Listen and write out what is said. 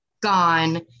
gone